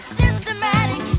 systematic